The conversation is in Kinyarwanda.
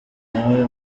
nawe